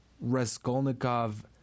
Raskolnikov